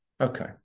Okay